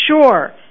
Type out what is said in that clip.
sure